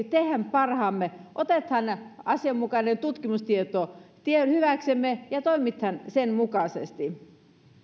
tehdään parhaamme otetaan asianmukainen tutkimustieto hyväksemme ja toimitaan sen mukaisesti